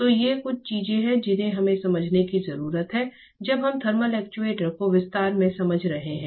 तो ये कुछ चीजें हैं जिन्हें हमें समझने की जरूरत है जब हम थर्मल एक्ट्यूएटर को विस्तार से समझ रहे हैं